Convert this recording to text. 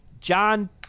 John